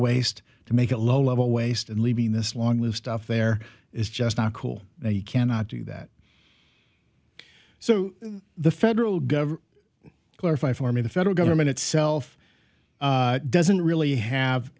waste to make it low level waste and leaving this long live stuff there is just not cool you cannot do that so the federal government clarify for me the federal government itself doesn't really have